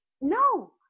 No